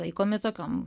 laikomi tokiom